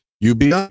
UBI